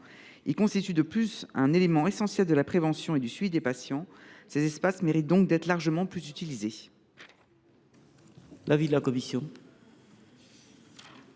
constituent un élément essentiel de la prévention et du suivi des patients, ils méritent d’être largement plus utilisés.